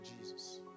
Jesus